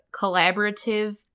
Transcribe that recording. collaborative